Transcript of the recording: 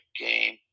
game